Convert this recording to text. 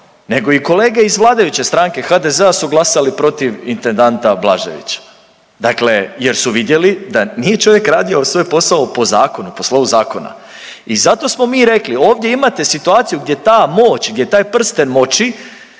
nego i kolege iz vladajuće stranke HDZ-a su glasali protiv intendanta Blaževića. Dakle, jer su vidjeli da nije čovjek radio svoj posao po zakonu, po slovu zakona i zato smo mi rekli ovdje imate situaciju gdje ta moć, gdje taj prsten moći